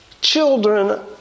children